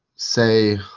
say